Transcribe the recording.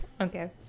Okay